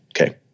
okay